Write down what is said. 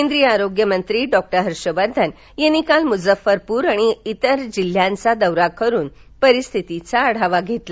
केंद्रीय आरोग्यमंत्री डॉ हर्षवर्धन यांनी काल मुझफ्फरपुर आणि अन्य जिल्ह्यांचा दौरा करून परिस्थितीचा आढावा घेतला